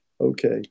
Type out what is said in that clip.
Okay